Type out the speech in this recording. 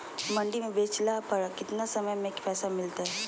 मंडी में बेचला पर कितना समय में पैसा मिलतैय?